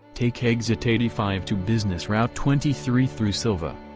take exit eighty five to business route twenty three through sylva.